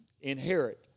inherit